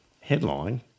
headline